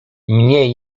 mniej